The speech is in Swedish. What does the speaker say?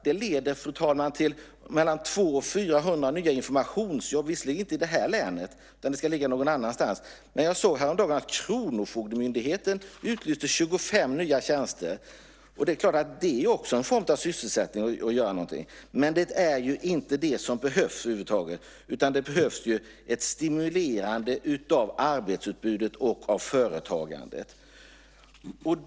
Det leder, fru talman, till 200-400 nya informationsjobb, men inte i det här länet utan det blir någon annanstans. Häromdagen såg jag att kronofogdemyndigheten utlyste 25 nya tjänster. Det är klart att det också är en form av sysselsättning, men det är ju inte det som behövs. Vad som behövs är i stället ett stimulerande av arbetsutbudet och av företagandet.